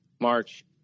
March